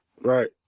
Right